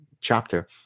chapter